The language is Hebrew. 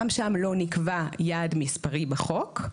גם שם לא נקבע יעד מספרי בחוק,